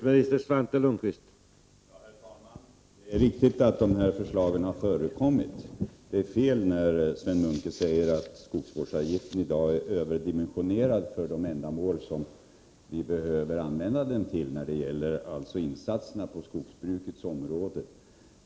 Herr talman! Det är riktigt att dessa förslag har förts fram. Men det är fel när Sven Munke säger att skogsvårdsavgiften i dag är överdimensionerad med hänvisning till de ändamål vi behöver använda den för då det gäller insatserna på skogsbrukets område.